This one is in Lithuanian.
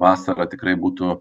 vasarą tikrai būtų